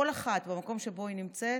כל אחת במקום שבו היא נמצאת,